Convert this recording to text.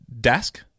desk